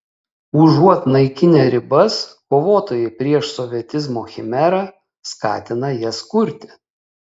užuot naikinę ribas kovotojai prieš sovietizmo chimerą skatina jas kurti